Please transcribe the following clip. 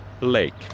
lake